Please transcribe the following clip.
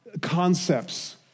concepts